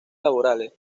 laborales